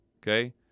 Okay